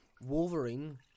wolverine